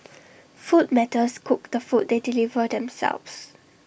food matters cook the food they deliver themselves